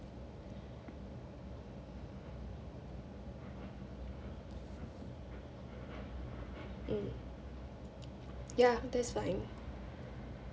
mm ya that's fine